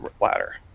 ladder